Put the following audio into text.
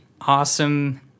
awesome